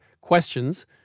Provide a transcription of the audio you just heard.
questions